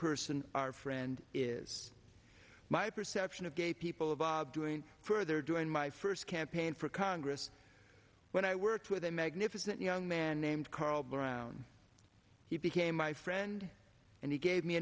person our friend is my perception of gay people of abdulla and further during my first campaign for congress when i worked with a magnificent young man named carl brown he became my friend and he gave me